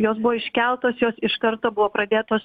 jos buvo iškeltos jos iš karto buvo pradėtos